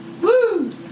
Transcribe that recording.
Woo